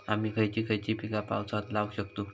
आम्ही खयची खयची पीका पावसात लावक शकतु?